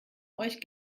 euch